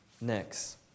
next